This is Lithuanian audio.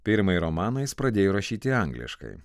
pirmąjį romaną jis pradėjo rašyti angliškai